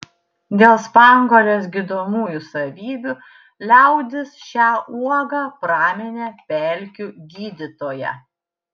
dėl spanguolės gydomųjų savybių liaudis šią uogą praminė pelkių gydytoja